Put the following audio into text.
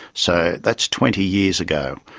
so that's twenty years ago.